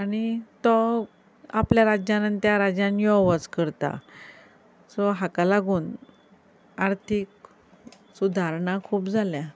आनी तो आपल्या राज्यान आनी त्या राज्यान यो वच करता सो हाका लागून आर्थीक सुधारणां खूब जाल्यात